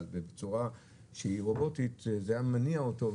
בצורה שהיא רובוטית זה היה מניע אותו,